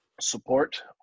support